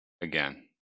again